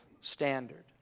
standard